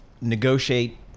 negotiate